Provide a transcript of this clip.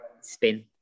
spin